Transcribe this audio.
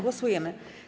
Głosujemy.